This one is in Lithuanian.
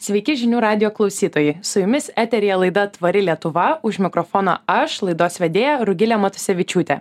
sveiki žinių radijo klausytojai su jumis eteryje laida tvari lietuva už mikrofono aš laidos vedėja rugilė matusevičiūtė